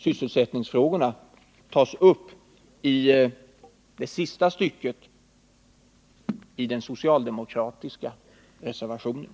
Sysselsättningsfrågorna tas upp i det sista stycket i den socialdemokratiska reservationen.